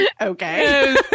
okay